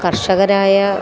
കർഷകരായ